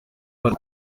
abana